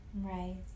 Right